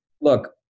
Look